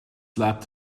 slapped